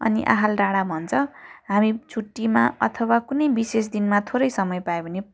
अनि आहाल डाँडा भन्छ हामी छुट्टीमा अथवा कुनै विशेष दिनमा थोरै समय पायो भने